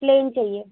plane چاہیے